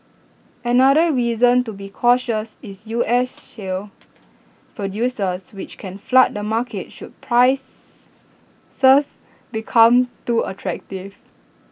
another reason to be cautious is U S shale producers which can flood the market should prices become too attractive